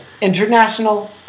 International